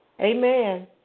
Amen